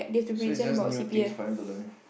so is just new things for them to learn